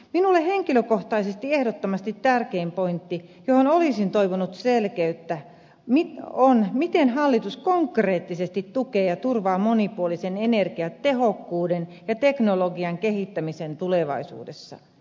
minulle henkilökohtaisesti ehdottomasti tärkein pointti johon olisin toivonut selkeyttä on se miten hallitus konkreettisesti tukee ja turvaa monipuolisen energiatehokkuuden ja teknologian kehittämisen tulevaisuudessa